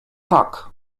tak